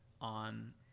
on